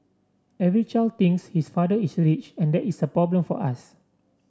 every child thinks his father is rich and that is a problem for us